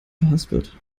verhaspelt